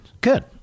Good